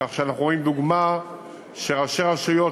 כך שאנחנו רואים דוגמה שראשי רשויות,